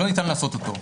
לא ניתן לעשות אותו.